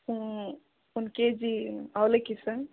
ತಾ one KG ಅವಲಕ್ಕಿ sir